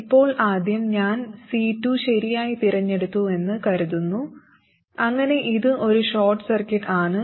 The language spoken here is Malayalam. ഇപ്പോൾ ആദ്യം ഞാൻ C2 ശരിയായി തിരഞ്ഞെടുത്തുവെന്ന് കരുതുന്നു അങ്ങനെ ഇത് ഒരു ഷോർട്ട് സർക്യൂട്ട് ആണ്